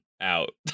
out